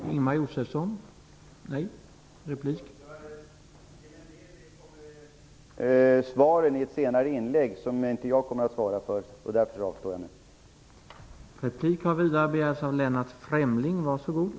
Herr talman! Till en del kommer svaren i ett senare inlägg, som inte jag kommer att svara för, och därför avstår jag nu från att svara.